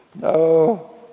no